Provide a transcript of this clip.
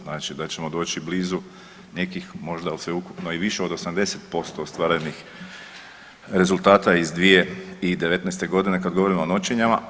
Znači da ćemo doći blizu nekih možda sveukupno i više od 80% ostvarenih rezultata iz 2019. g. kad govorimo o noćenjima.